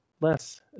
less